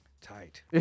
Tight